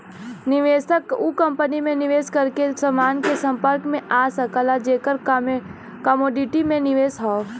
निवेशक उ कंपनी में निवेश करके समान के संपर्क में आ सकला जेकर कमोडिटी में निवेश हौ